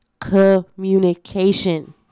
Communication